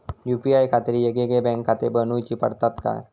UPI खातीर येगयेगळे बँकखाते बनऊची पडतात काय?